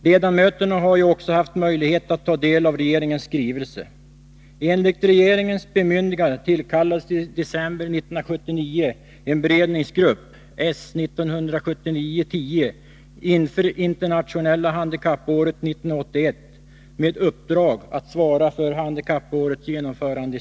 Ledamöterna har ju också haft möjlighet att ta del av regeringens skrivelse.